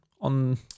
on